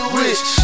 rich